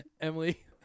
Emily